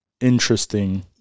interesting